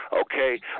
okay